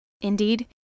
Indeed